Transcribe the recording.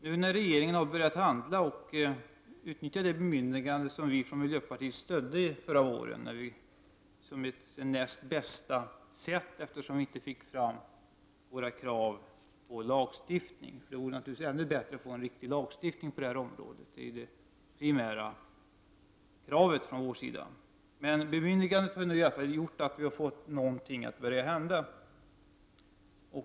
Nu har regeringen börjat handla och utnyttjar det bemyndigande som vi i miljöpartiet stödde förra våren som ett näst bästa förslag — vi fick ju inte igenom våra krav på lagstiftning, för det vore naturligtvis ännu bättre med en ordentlig lagstiftning på det här området; det är ju det primära kravet från vår sida. Bemyndigandet har i alla fall lett till att någonting har börjat hända.